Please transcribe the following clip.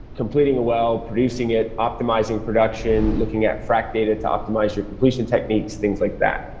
completing a well, producing it, optimizing production, looking at frack data to optimize your completion techniques. things like that.